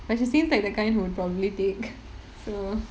but she seems like the kind who would probably take so